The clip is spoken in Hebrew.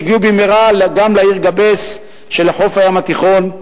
הם הגיעו במהרה גם לעיר גאבס שלחוף הים התיכון,